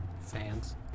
Fans